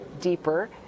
deeper